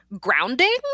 grounding